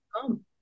come